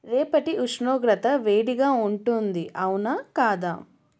రేపటి ఉష్ణోగ్రత వేడిగా ఉంటోంది అవునా కాదా